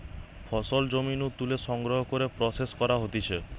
ফসল জমি নু তুলে সংগ্রহ করে প্রসেস করা হতিছে